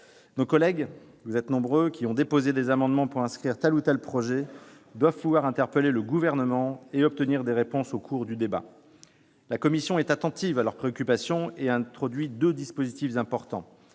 Nos collègues, nombreux, qui ont déposé des amendements pour inscrire tel ou tel projet doivent néanmoins pouvoir interpeller le Gouvernement et obtenir des réponses au cours du débat. La commission, attentive à leurs préoccupations, a introduit deux dispositifs importants